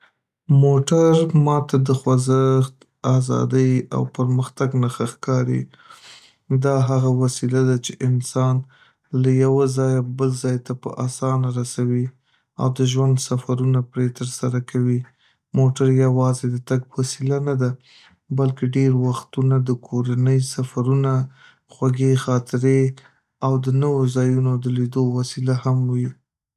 موټر ماته د خوځښت، ازادۍ او پرمختګ نښه ښکاري. دا هغه وسیله ده چې انسان له یوه ځایه بل ځای ته په اسانه رسوي او د ژوند سفرونه پرې ترسره کوي. موټر یوازې د تګ وسیله نه ده، بلکې ډېر وختونه د کورنۍ سفرونه، خوږې خاطرې او د نوو ځایونو د لیدو وسیله هم وي.